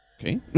Okay